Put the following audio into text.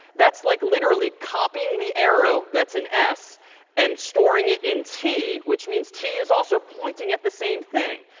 that's like literally copying the arrow that's in s and storing it in t, which means t is also pointing at the same thing.